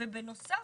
בנוסף,